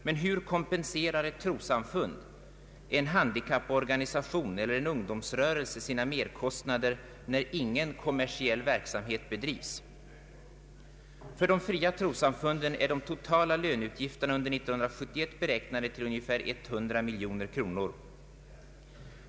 Men hur kompenserar ett trossamfund, en handikapporganisation eller en ungdomsrörelse sina merkostnader, när ingen kommersiell verksamhet bedrivs? För de fria trossamfunden är de totala löneutgifterna under 1971 beräknade till ungefär 100 miljoner kronor.